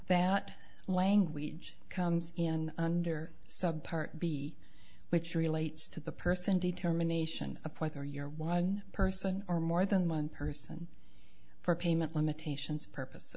that language comes in under sub part b which relates to the person determination of whether you're one person or more than one person for payment limitations purpose